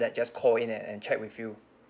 that just call in and and check with you